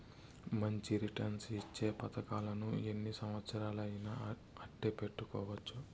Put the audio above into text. మంచి రిటర్న్స్ ఇచ్చే పతకాలను ఎన్ని సంవచ్చరాలయినా అట్టే పెట్టుకోవచ్చు